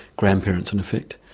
grandparents in effect,